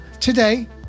Today